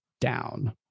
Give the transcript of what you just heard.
down